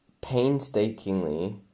Painstakingly